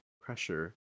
pressure